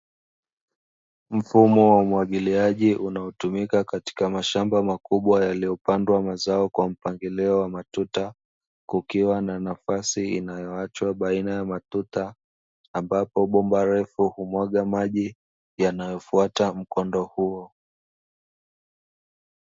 Mfumo wa umwagiliaji unaotumika katika mashamba makubwa yaliyopandwa mazao kwa mpangilio wa matuta, kukiwa na nafasi inayoachwa baina ya matuta, ambapo bomba refu humwaga maji yanayofuata mkondo huo.